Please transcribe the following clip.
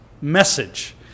message